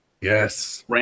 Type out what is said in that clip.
Yes